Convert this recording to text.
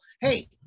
Hey